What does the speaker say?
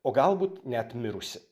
o galbūt net mirusi